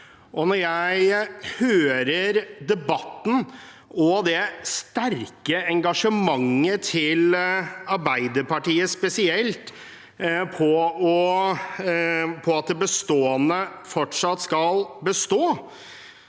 Når jeg hører debatten og det sterke engasjementet til spesielt Arbeiderpartiet for at det bestående fortsatt skal bestå,